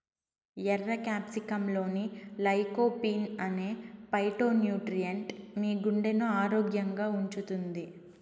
ఎర్ర క్యాప్సికమ్లోని లైకోపీన్ అనే ఫైటోన్యూట్రియెంట్ మీ గుండెను ఆరోగ్యంగా ఉంచుతుంది